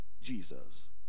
Jesus